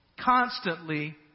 constantly